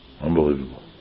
Unbelievable